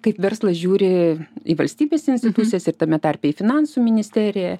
kaip verslas žiūri į valstybės institucijas ir tame tarpe į finansų ministeriją